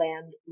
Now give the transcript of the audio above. land